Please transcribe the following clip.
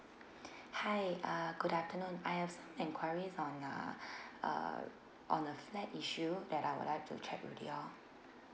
hi uh good afternoon I have some enquiries on uh uh on the flat issue that I would like to check with you all